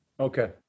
Okay